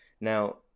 Now